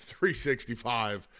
365